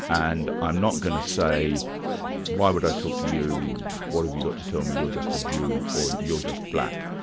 and i'm not going to say why would i talk to you? what have you got to tell me, you're just a jew', or you're just black.